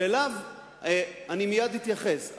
שאליו אתייחס מייד.